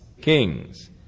kings